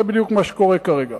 זה בדיוק מה שקורה כרגע.